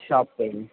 shop پہ ہی